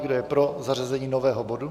Kdo je pro zařazení nového bodu?